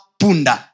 punda